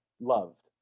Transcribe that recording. loved